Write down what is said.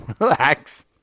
Relax